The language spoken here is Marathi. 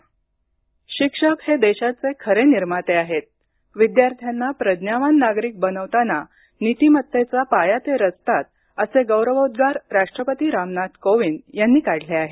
शिक्षक दिन शिक्षक हे देशाचे खरे निर्माते आहेत विद्यार्थ्यांना प्रज्ञावान नागरिक बनविताना नीतिमत्तेचा पाया ते रचतात असे गौरवोद्वार राष्ट्रपती रामनाथ कोविंद यांनी काढले आहेत